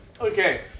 Okay